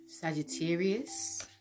Sagittarius